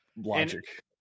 Logic